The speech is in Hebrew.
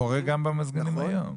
זה קורה גם במזגנים היום.